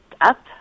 up